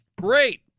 Great